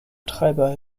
treiber